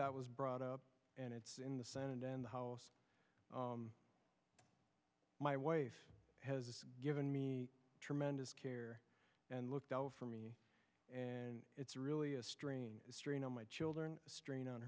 that was brought up and it's in the senate and the house my wife has given me tremendous care and looked out for me and it's really a strain strain on my children a strain on